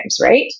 Right